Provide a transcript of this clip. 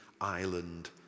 island